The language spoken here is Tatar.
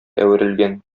әверелгән